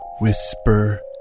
Whisper